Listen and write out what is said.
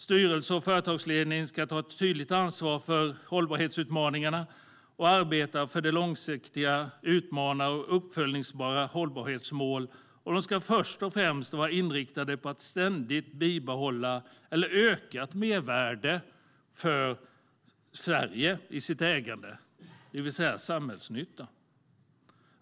Styrelse och företagsledning ska ta ett tydligt ansvar för hållbarhetsutmaningarna och arbeta för långsiktiga, utmanande och uppföljningsbara hållbarhetsmål som först och främst ska vara inriktade på ett ständigt bibehållet eller ökat mervärde för Sverige i ägandet, det vill säga samhällsnytta.